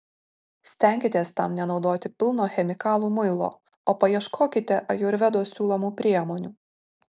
stenkitės tam nenaudoti pilno chemikalų muilo o paieškokite ajurvedos siūlomų priemonių